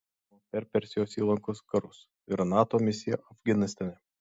šiai karinei bazei teko svarbus vaidmuo per persijos įlankos karus ir nato misiją afganistane